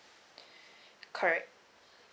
correct